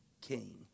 king